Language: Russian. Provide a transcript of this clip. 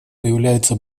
появляется